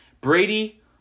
Brady